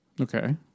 Okay